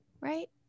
right